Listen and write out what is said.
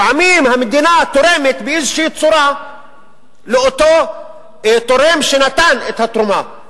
לפעמים המדינה תורמת באיזושהי צורה לאותו תורם שנתן את התרומה,